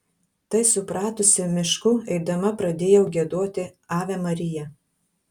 tai supratusi mišku eidama pradėjau giedoti ave maria